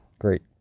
Great